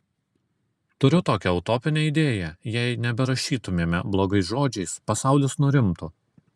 turiu tokią utopinę idėją jei neberašytumėme blogais žodžiais pasaulis nurimtų